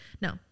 No